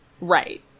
Right